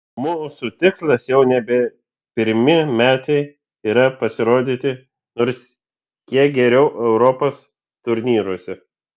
mūsų tikslas jau nebe pirmi metai yra pasirodyti nors kiek geriau europos turnyruose